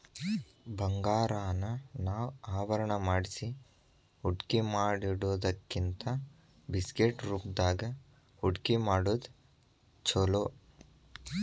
ಬಂಗಾರಾನ ನಾವ ಆಭರಣಾ ಮಾಡ್ಸಿ ಹೂಡ್ಕಿಮಾಡಿಡೊದಕ್ಕಿಂತಾ ಬಿಸ್ಕಿಟ್ ರೂಪ್ದಾಗ್ ಹೂಡ್ಕಿಮಾಡೊದ್ ಛೊಲೊ